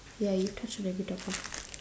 ya you've touched on every topic